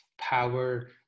power